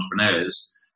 entrepreneurs